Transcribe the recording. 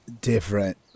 different